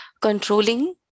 controlling